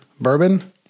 bourbon